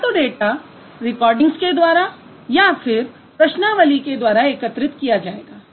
या तो data recordings के द्वारा या फिर प्रश्नावली के द्वारा एकत्रित किया जाएगा